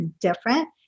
different